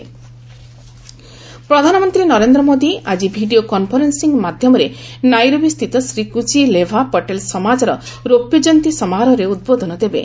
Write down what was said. PM Kutchi Leva ପ୍ରଧାନମନ୍ତ୍ରୀ ନରେନ୍ଦ୍ର ମୋଦି ଆଜି video conferencing ମାଧ୍ୟମରେ ନାଇରୋବିସ୍ଥିତ ଶ୍ରୀ କୁଚି ଲେଭା ପଟେଲ୍ ସମାଜର ରୌପ୍ୟ ଜୟନ୍ତୀ ସମାରୋହରେ ଉଦ୍ବୋଧନ ଦେବେ